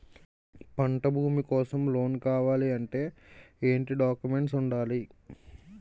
పంట భూమి కోసం లోన్ కావాలి అంటే ఏంటి డాక్యుమెంట్స్ ఉండాలి?